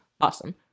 awesome